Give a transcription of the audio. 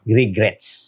regrets